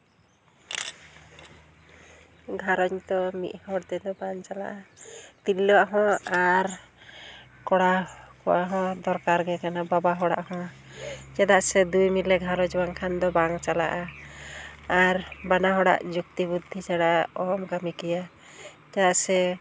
ᱜᱷᱟᱨᱚᱸᱡᱽ ᱫᱚ ᱢᱤᱫ ᱦᱚᱲ ᱛᱮᱫᱚ ᱵᱟᱝ ᱪᱟᱞᱟᱜᱼᱟ ᱛᱤᱨᱞᱟᱹᱣᱟᱜ ᱦᱚᱸ ᱟᱨ ᱠᱚᱲᱟ ᱠᱚᱣᱟᱜ ᱦᱚᱸ ᱫᱚᱨᱠᱟᱨ ᱜᱮ ᱠᱟᱱᱟ ᱵᱟᱵᱟ ᱦᱚᱲᱟᱜ ᱦᱚᱸ ᱪᱮᱫᱟᱜ ᱥᱮ ᱫᱩᱭ ᱢᱤᱞᱮ ᱜᱷᱟᱨᱚᱸᱡᱽ ᱵᱟᱝᱠᱷᱟᱱ ᱫᱚ ᱵᱟᱝ ᱪᱟᱞᱟᱜᱼᱟ ᱟᱨ ᱵᱟᱱᱟ ᱦᱚᱲᱟᱜ ᱡᱩᱠᱛᱤ ᱵᱩᱫᱽᱫᱷᱤ ᱪᱷᱟᱲᱟ ᱚᱦᱚᱢ ᱠᱟᱹᱢᱤ ᱠᱮᱭᱟ ᱪᱮᱫᱟᱜ ᱥᱮ